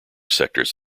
sectors